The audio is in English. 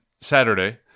Saturday